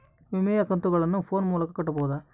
ವಿಮೆಯ ಕಂತುಗಳನ್ನ ಫೋನ್ ಮೂಲಕ ಕಟ್ಟಬಹುದಾ?